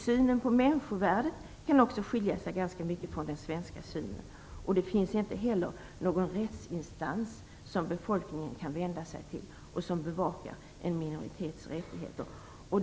Synen på människovärdet kan också skilja sig ganska mycket från den svenska synen. Det finns inte heller någon rättsinstans som befolkningen kan vända sig till och som bevakar en minoritets rättigheter.